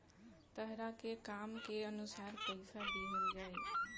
तहरा के काम के अनुसार पइसा दिहल जाइ